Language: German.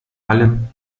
allem